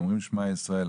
האומרים שמע ישראל,